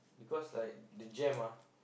because like the jam ah